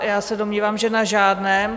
Já se domnívám, že na žádném.